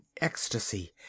ecstasy